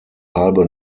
halbe